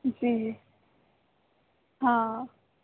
जी हा